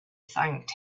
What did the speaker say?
thanked